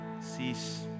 cease